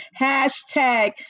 Hashtag